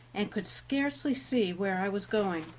and could scarcely see where i was going.